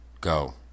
go